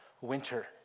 winter